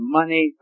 money